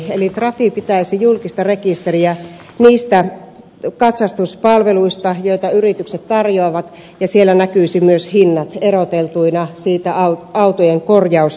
eli trafi pitäisi julkista rekisteriä niistä katsastuspalveluista joita yritykset tarjoavat ja siellä näkyisivät myös hinnat eroteltuina autojen korjaustoiminnasta